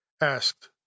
asked